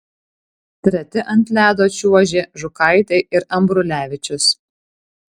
treti ant ledo čiuožė žukaitė ir ambrulevičius